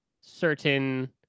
certain